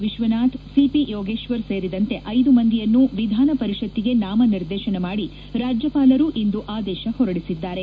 Vishwanath CP Yogeshwar ಸೇರಿದಂತೆ ಐದು ಮಂದಿಯನ್ನು ವಿಧಾನಪರಿಷತ್ತಿಗೆ ನಾಮ ನಿರ್ದೇಶನ ಮಾಡಿ ರಾಜ್ಯಪಾಲರು ಇಂದು ಆದೇಶ ಹೊರಡಿಸಿದ್ದಾರೆ